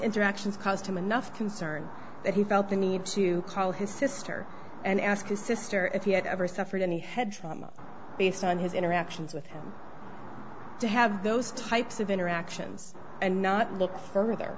interactions caused him enough concern that he felt the need to call his sister and ask his sister if he had ever suffered any head trauma based on his interactions with him to have those types of interactions and not look f